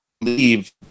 leave